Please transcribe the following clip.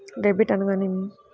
Debit అనగానేమి?